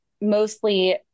mostly